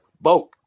Boat